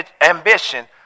ambition